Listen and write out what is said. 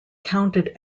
counted